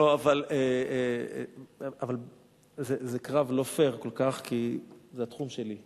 לא, אבל זה קרב לא פייר כל כך, כי זה התחום שלי.